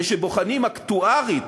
וכשבוחנים אקטוארית